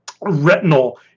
retinal